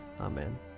Amen